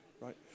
right